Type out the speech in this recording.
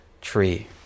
tree